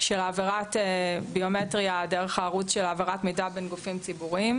של העברת ביומטריה דרך הערוץ של העברת מידע בין גופים ציבוריים,